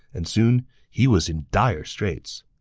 and soon he was in dire straits